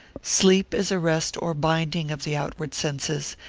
sleep is a rest or binding of the outward senses,